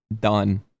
Done